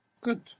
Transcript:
Good